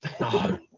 no